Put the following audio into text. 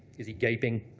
is he gaping?